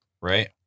right